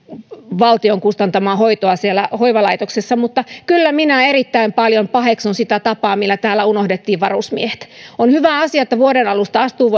valtion kustantamaa hoitoa siellä hoivalaitoksessa mutta kyllä minä erittäin paljon paheksun sitä tapaa millä täällä unohdettiin varusmiehet on hyvä asia että vuoden alusta astuu